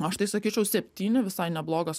nu aš tai sakyčiau septyni visai neblogas